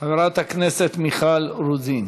חברת הכנסת מיכל רוזין.